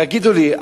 תגידו לי,